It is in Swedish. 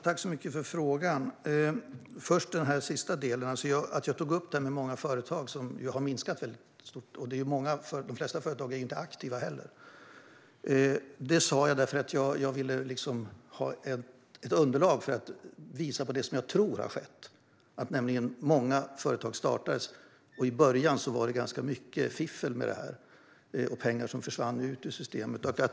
Fru talman! Jag tackar Bengt Eliasson för frågan. Jag tog upp de många företagen - som har blivit betydligt färre, och många är inte aktiva - för att jag ville ha ett underlag för att visa på det som jag tror har skett. Det startades många företag, och i början var det ganska mycket fiffel och pengar som försvann ut ur systemet.